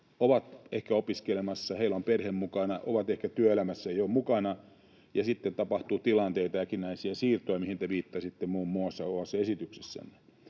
ovat ehkä opiskelemassa, heillä on perhe mukana, ovat ehkä työelämäs-sä jo mukana, ja sitten tapahtuu tilanteita, äkkinäisiä siirtoja, mihin te muun muassa viittasitte omassa esityksessänne.